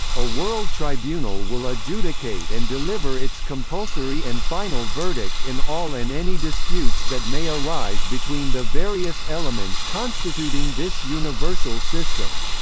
a world tribunal will adjudicate and deliver its compulsory and final verdict in all and any disputes that may arise between the various elements constituting this universal system.